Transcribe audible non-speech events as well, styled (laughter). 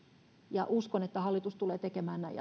ja uskon että hallitus tulee tekemään näin (unintelligible)